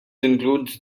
include